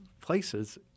places